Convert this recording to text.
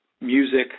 music